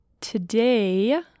today